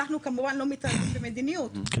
אנחנו כמובן לא מתערבים במדיניות,